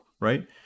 right